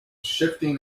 shifting